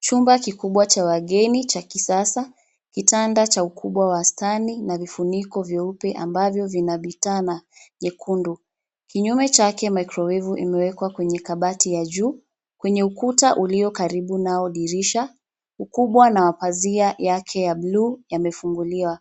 Chumba kikubwa cha wageni cha kisasa. Kitanda cha ukubwa wa wastani na vifuniko vyeupe ambavyo vina vitaa na vyekundu. Kinyume chake mikrowevu imewekwa kwenye kabati ya juu, kwenye ukuta ulio karibu noa dirisha. Ukubwa na wa pazia yake ya bluu umefunguliwa.